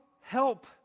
help